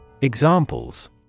Examples